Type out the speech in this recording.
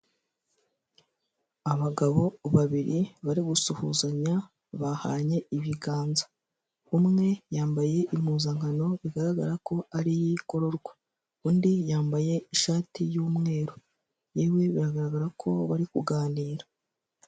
Abagabo babiri bari gusuhuzanya bahanye ibiganza. Umwe yambaye impuzankano bigaragara ko ariyo igorororwa undi yambaye ishati y'umweru. Yewe biragaragara ko bari kuganira.